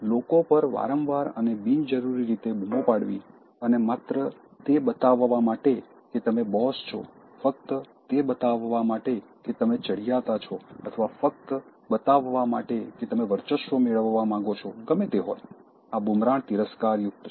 લોકો પર વારંવાર અને બિનજરૂરી રીતે બૂમો પાડવી અને માત્ર એ બતાવવા માટે કે તમે બોસ છો ફક્ત તે બતાવવા માટે કે તમે ચડિયાતા છો અથવા ફક્ત બતાવવા માટે કે તમે વર્ચસ્વ મેળવવા માંગો છો ગમે તે હોય આ બૂમરાણ તિરસ્કારયુક્ત છે